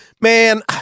Man